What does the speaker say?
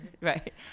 Right